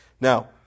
Now